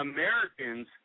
Americans